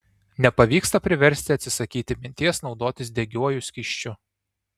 nepavyksta priversti atsisakyti minties naudotis degiuoju skysčiu